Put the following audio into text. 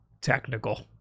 technical